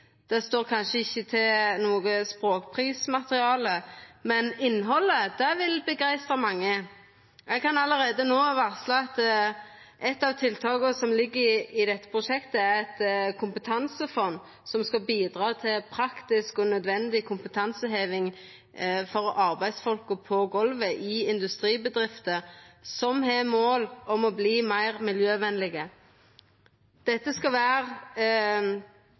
Det står kanskje ikkje til noko språkprismateriale, men innhaldet vil begeistra mange. Eg kan allereie no varsla at eit av tiltaka som ligg i dette prosjektet, er eit kompetansefond som skal bidra til praktisk og nødvendig kompetanseheving for arbeidsfolka på golvet i industribedrifter som har som mål å verta meir miljøvenlege. Dette skal